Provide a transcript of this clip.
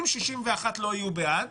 אם 61 לא יהיו בעד